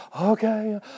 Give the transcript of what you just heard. okay